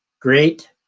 Great